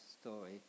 story